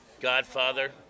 Godfather